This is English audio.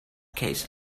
case